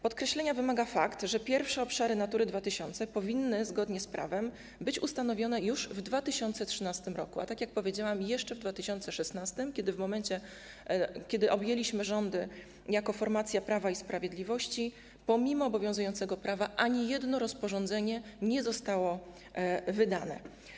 Podkreślenia wymaga fakt, że pierwsze obszary Natury 2000 powinny zgodnie z prawem być ustanowione już w 2013 r., a tak jak powiedziałam, jeszcze w 2016 r., kiedy objęliśmy rządy jako formacja Prawa i Sprawiedliwości, pomimo obowiązującego prawa ani jedno rozporządzenie nie zostało wydane.